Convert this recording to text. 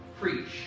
Preach